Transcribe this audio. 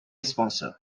sponsor